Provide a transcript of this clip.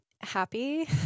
happy